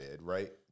right